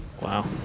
Wow